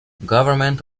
government